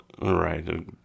Right